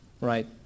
right